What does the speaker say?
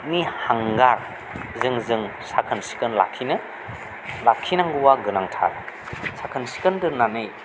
हांगारजों जों साखोन सिखोन लाखिनो लाखिनांगौवा गोनांथार साखोन सिखोन दोननानै